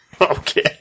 Okay